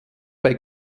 bei